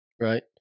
Right